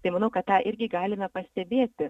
tai manau kad tą irgi galime pastebėti